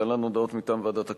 להלן הודעות מטעם ועדת הכנסת.